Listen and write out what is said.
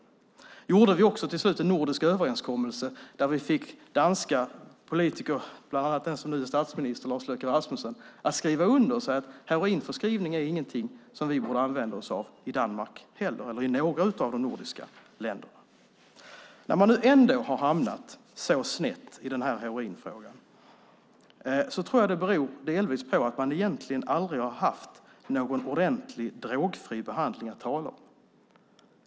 Då träffade vi också till slut en nordisk överenskommelse där vi fick danska politiker, bland andra nuvarande statsministern Lars Løkke Rasmussen, att skriva under på att heroinförskrivning inte är någonting som vi borde använda vare sig i Danmark eller i något annat nordiskt land. Att man nu ändå har hamnat så snett i heroinfrågan tror jag delvis beror på att man egentligen aldrig har haft någon drogfri behandling att tala om.